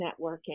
networking